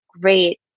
great